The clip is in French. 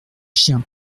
chien